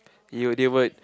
yo they were